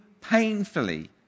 painfully